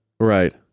right